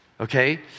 Okay